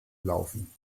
laufen